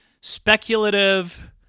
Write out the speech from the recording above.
speculative